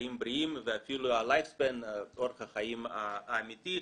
החיים הבריאים ואפילו אורח החיים האמיתי.